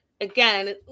again